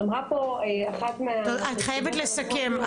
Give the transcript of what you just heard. את חייבת לסכם.